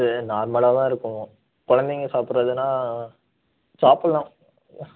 இல்லை நார்மலாக தான் இருக்கும் குழந்தைங்க சாப்பிட்றதுன்னா சாப்பிட்லாம்